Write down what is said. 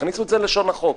תכניסו את זה ללשון החוק.